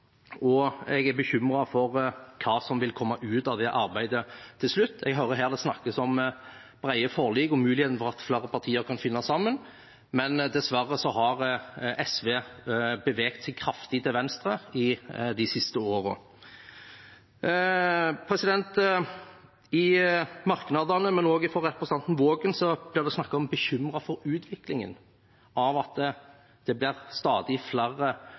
og jeg er bekymret for hva som vil komme ut av det arbeidet. Til slutt: Jeg hører her at det snakkes om brede forlik, om muligheten for at flere partier kan finne sammen, men dessverre har SV beveget seg kraftig til venstre de siste årene. Man nevner i merknadene, og det gjør også representanten Waagen her, at man er bekymret for utviklingen med at det blir stadig flere